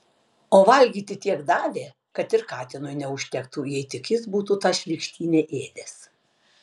o valgyti tiek davė kad ir katinui neužtektų jei tik jis būtų tą šlykštynę ėdęs